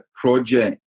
project